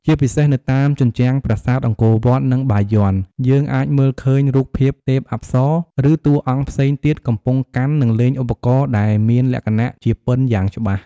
ជាពិសេសនៅតាមជញ្ជាំងប្រាសាទអង្គរវត្ត និងបាយ័ន យើងអាចមើលឃើញរូបភាពទេពអប្សរ ឬតួអង្គផ្សេងទៀតកំពុងកាន់ និងលេងឧបករណ៍ដែលមានលក្ខណៈជាពិណយ៉ាងច្បាស់។